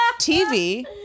TV